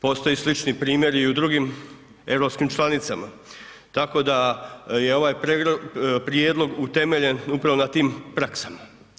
Postoje i slični primjeri u drugim europskim članicama, tako da je ovaj prijedlog utemeljen upravo na tim praksama.